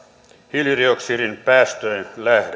hiilidioksidipäästöjen lähde